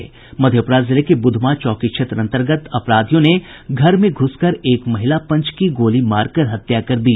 मधेपुरा जिले के बुधमा चौकी क्षेत्र अन्तर्गत अपराधियों ने घर में घुस एक महिला पंच की गोली मार कर हत्या कर दी